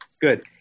good